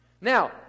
Now